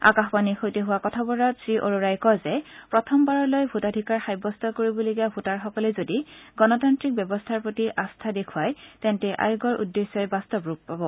আকাশবাণীৰ সৈতে হোৱা কথা বতৰাত শ্ৰীঅৰোৰাই কয় য়ে প্ৰথমবাৰলৈ ভোটাধিকাৰ সাব্যস্ত কৰিবলগীয়া ভোটাৰসকলে যদি গণতান্ত্ৰিক ব্যৱস্থাৰ প্ৰতি যদি আস্থা দেখুৱাই তেন্তে আয়োগৰ উদ্দেশ্যই বাস্তৱ ৰূপ পাব